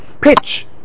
pitch